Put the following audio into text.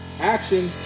action